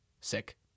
Sick